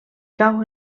cau